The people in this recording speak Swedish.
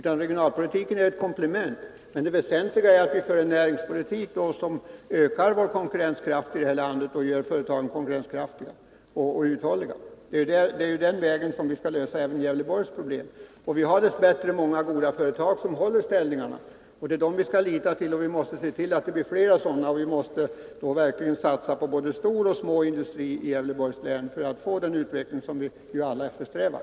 Regionalpolitiken är ett komplement. Det väsentliga är att vi för en näringspolitik som ökar vårt lands konkurrenskraft och gör företagen konkurrenskraftiga och uthålliga. Det är den vägen som vi skall lösa även Gävleborgs problem. Vi har dess bättre många goda företag som håller ställningarna. Det har stor betydelse. Vi måste se till att det blir flera sådana, och då måste vi verkligen satsa på både storoch småindustri i Gävleborgs län, för att få den utveckling som vi ju alla eftersträvar.